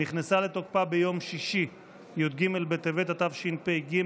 נכנסה לתוקפה ביום שישי י"ג בטבת התשפ"ג,